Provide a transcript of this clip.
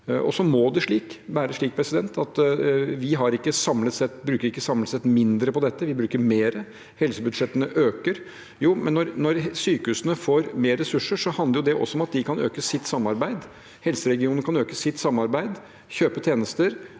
Og så må det være slik at samlet sett bruker vi ikke mindre på dette, vi bruker mer. Helsebudsjettene øker jo, men når sykehusene får mer ressurser, handler det også om at de kan øke sitt samarbeid. Helseregionen kan øke sitt samarbeid, kjøpe tjenester